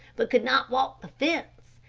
but could not walk the fence,